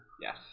Yes